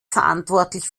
verantwortlich